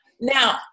Now